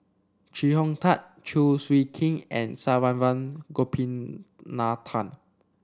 Chee Hong Tat Chew Swee Kee and Saravanan Gopinathan